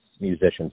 musicians